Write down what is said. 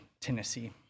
Tennessee